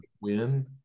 win